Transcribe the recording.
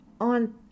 on